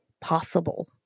possible